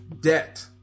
debt